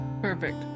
Perfect